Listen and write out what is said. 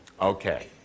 Okay